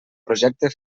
projecte